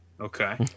okay